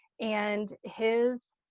and his